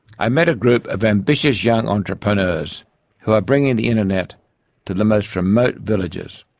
i met a group of ambitious young entrepreneurs who are bringing the internet to the most remote villages,